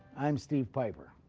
i'm steve piper.